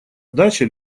дача